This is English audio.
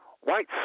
White